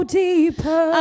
deeper